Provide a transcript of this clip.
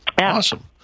Awesome